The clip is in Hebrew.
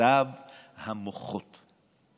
מיטב המוחות.